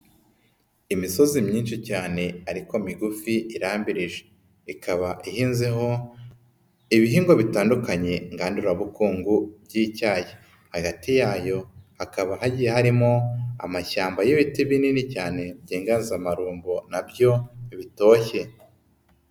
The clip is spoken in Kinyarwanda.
Imisozi myinshi cyane ariko migufi irambirije. Ikaba ihinzeho ibihingwa bitandukanye ngandurabukungu by'icyayi. Hagati yayo hakaba hagiye harimo amashyamba y'ibiti binini cyane by'inganzamarumbo na byo bitoshye.